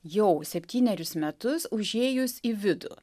jau septynerius metus užėjus į vidų